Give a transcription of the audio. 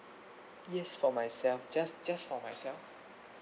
yes for myself just just for myself